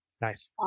Nice